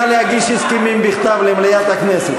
נא להגיש הסכמים בכתב למליאת הכנסת.